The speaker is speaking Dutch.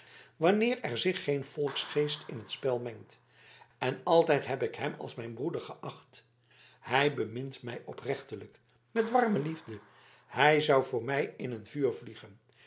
wanneer er zich geen volksgeest in t spel mengt en altijd heb ik hem als mijn broeder geacht hij bemint mij oprechtelijk met warme liefde hij zou voor mij in een vuur vliegen